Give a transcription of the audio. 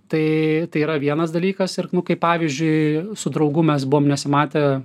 tai yra vienas dalykas ir nu kaip pavyzdžiui su draugu mes buvom nesimatę